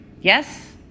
Yes